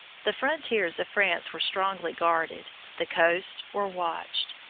the frontiers of france were strongly guarded, the coasts were watched.